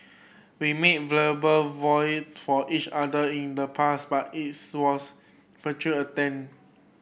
we made verbal vows to each other in the past but it was futile attempt